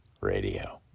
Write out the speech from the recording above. radio